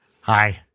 Hi